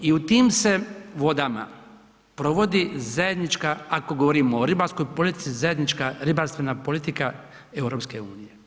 I u tim se vodama provodi zajednička, ako govorimo o ribarskoj politici, zajednička ribarstvena politika EU.